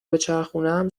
بچرخونم